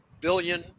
billion